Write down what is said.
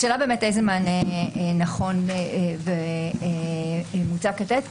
השאלה איזה מענה נכון ומוצדק לתת.